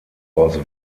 aus